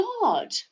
God